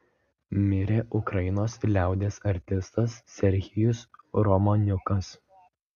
mirė ukrainos liaudies artistas serhijus romaniukas